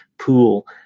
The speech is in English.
pool